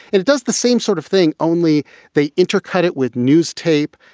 it it does the same sort of thing, only they intercut it with news tape.